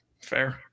fair